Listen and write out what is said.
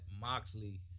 Moxley